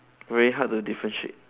very hard to differentiate